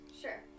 Sure